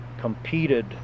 competed